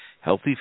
Healthy